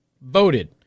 voted